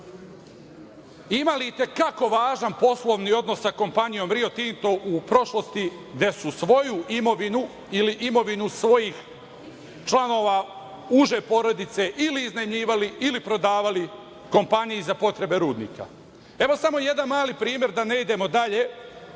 imali i te kako važan poslovni odnos sa kompanijom Rio Tinto u prošlosti, gde su svoju imovinu ili imovinu članova svoje uže porodice ili iznajmljivali ili davali kompaniji za potrebe rudnika. Evo samo jedan mali primer, da ne idemo dalje,